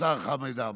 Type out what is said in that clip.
השר חמד עמאר,